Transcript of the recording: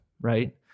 right